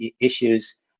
issues